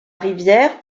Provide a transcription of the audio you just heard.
rivière